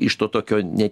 iš to tokio net